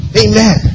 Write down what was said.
Amen